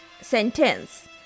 sentence